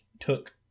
took